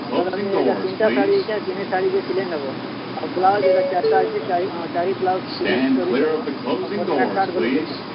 ହଁ ବେଲେ ମୁଁଇ ଇଟା ତିନ୍ଟା ଶାଢ଼ୀ ଅଛେ ତିନି ଶାଢ଼ୀକେ ସିଲେଇ ନେବ ଆଉ ବ୍ଳାଉଜ୍ ଇଟା ଚାର୍ଟା ଅଛି ଚାରି ହଁ ଚାରି ବ୍ଳାଉଜ୍ ସିଲେଇ କରିଦେବ ଆଉ ମୋର୍ ପ୍ୟାଣ୍ଟ୍ ଶାର୍ଟ୍ ବେଲେ ଦେଇନେବ